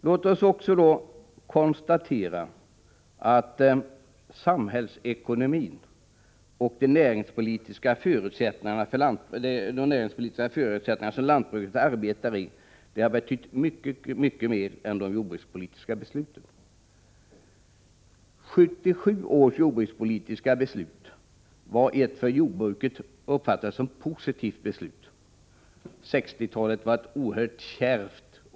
Låt oss också konstatera att samhällsekonomin och de näringspolitiska förutsättningar som lantbruket arbetar under har betytt mycket mer än de jordbrukspolitiska besluten. 1960-talet var ett oerhört kärvt årtionde för jordbruket.